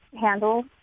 handle